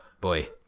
Boy